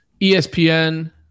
ESPN